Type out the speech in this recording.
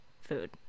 food